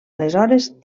aleshores